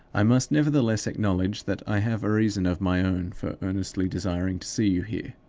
i must nevertheless acknowledge that i have a reason of my own for earnestly desiring to see you here.